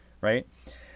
Right